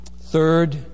Third